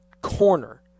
corner